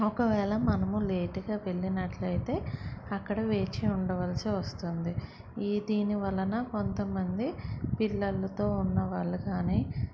ఒకవేళ మనము లేటుగా వెళ్ళినట్టు అయితే అక్కడ వేచి ఉండవలసి వస్తుంది ఈ దీని వలన కొంతమంది పిల్లలతో ఉన్నవాళ్ళు కానీ